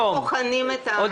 בוחנים.